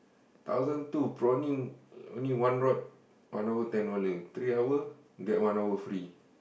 thousand two prawning uh only one rod one hour ten hour three hour get one hour free